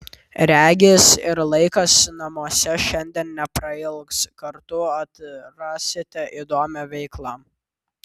regis ir laikas namuose šiandien neprailgs kartu atrasite įdomią veiklą